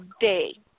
day